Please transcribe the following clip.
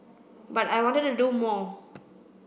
but I wanted to do more